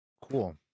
Cool